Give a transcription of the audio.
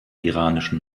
iranischen